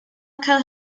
cael